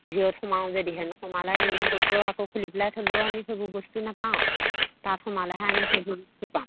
ভিৰত সোমাওঁ যদিহে সোমালে এনেই গোটটো আকৌ খুলি পেলাই থ'লেও আমি সেইবোৰ বস্তু নাপাওঁ তাত সোমালেহে আমি সেইবোৰ বস্তু পাম